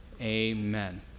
Amen